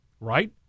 right